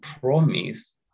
promise